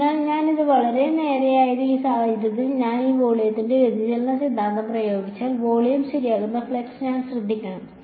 അതിനാൽ ഇത് വളരെ നേരായതാണ് ഈ സാഹചര്യത്തിൽ ഞാൻ ഈ വോളിയത്തിൽ വ്യതിചലന സിദ്ധാന്തം പ്രയോഗിച്ചാൽ വോളിയം ശരിയാക്കുന്ന ഫ്ലക്സ് ഞാൻ ശ്രദ്ധിക്കണം